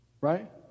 Right